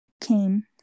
came